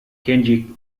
kenji